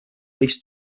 least